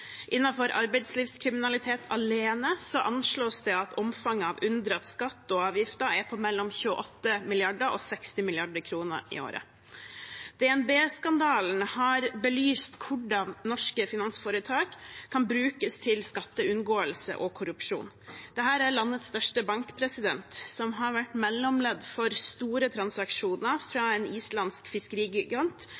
arbeidslivskriminalitet alene anslås det at omfanget av unndratt skatt og avgifter er på mellom 28 mrd. kr og 60 mrd. kr i året. DNB-skandalen har belyst hvordan norske finansforetak kan brukes til skatteunngåelse og korrupsjon. Dette er landets største bank, som har vært mellomledd for store transaksjoner fra